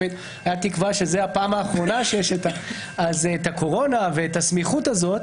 הייתה תקווה שזאת הפעם האחרונה שיש את הסמיכות הזאת.